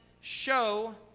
show